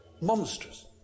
monstrous